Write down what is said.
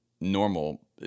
normal